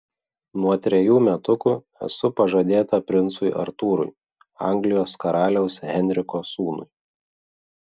nuo trejų metukų esu pažadėta princui artūrui anglijos karaliaus henriko sūnui